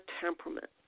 temperament